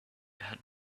had